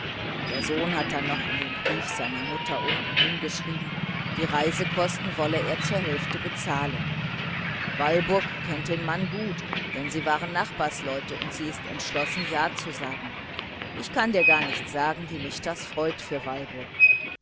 der sohn hat dann noch an den brief seiner mutter unten hingeschrieben die reisekosten wolle er zur hälfte bezahlen walburg kennt den mann gut denn sie waren nachbarsleute und sie ist ganz entschlossen ja zu sagen ich kann dir gar nicht sagen wie mich das freut für walburg